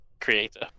creator